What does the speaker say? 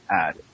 add